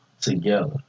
together